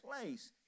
place